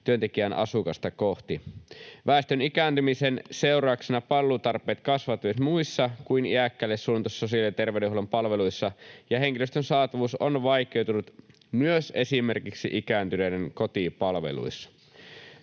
työntekijää asukasta kohti. Väestön ikääntymisen seurauksena palvelutarpeet kasvavat myös muissa kuin iäkkäille suunnatuissa sosiaali- ja terveydenhuollon palveluissa, ja henkilöstön saatavuus on vaikeutunut myös esimerkiksi ikääntyneiden kotipalveluissa.